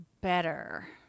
better